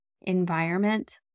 environment